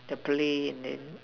the plane and then